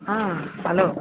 hello